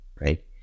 right